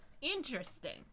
Interesting